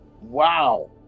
Wow